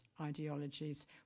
ideologies